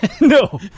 no